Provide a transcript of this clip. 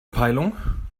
peilung